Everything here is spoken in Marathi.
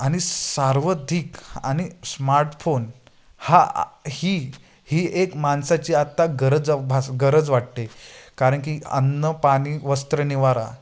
आणि सर्वाधिक स्मार्टफोन हा ही ही एक माणसाची आत्ता गरज भास गरज वाटते कारण की अन्न पाणी वस्त्र निवारा